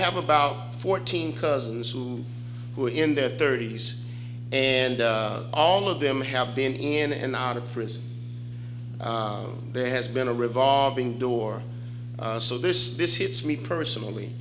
have about fourteen cousins who were in their thirty's and all of them have been in and out of prison there has been a revolving door so this this hits me personally